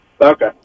Okay